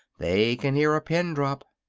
they can hear a pin drop.